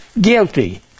guilty